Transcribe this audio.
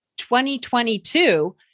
2022